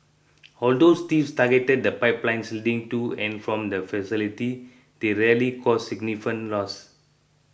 although thieves targeted the pipelines leading to and from the facility they rarely caused significant loss